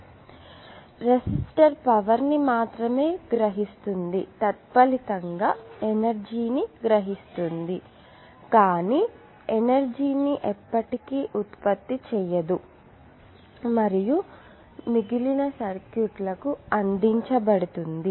కాబట్టి resistor power ని మాత్రమే గ్రహిస్తుంది తత్ఫలితంగా ఎనర్జీ ని గ్రహిస్తుంది కానీ ఎనర్జీ ని ఎప్పటికీ ఉత్పత్తి చేయదు మరియు మిగిలిన సర్క్యూట్లకు అందించబడుతుంది